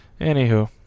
Anywho